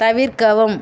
தவிர்க்கவும்